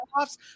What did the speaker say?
playoffs